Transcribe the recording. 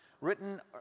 written